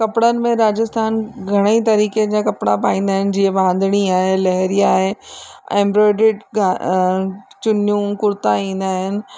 कपिड़नि में राजस्थान घणेई तरीक़े जा कपिड़ा पाईंदा आहिनि जीअं बांधनी आहे लहरिया आहे एम्बरॉयडिड ग चुनियूं कुर्ता ईंदा आहिनि